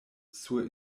sur